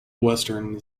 western